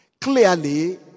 clearly